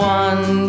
one